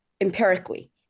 empirically